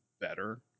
better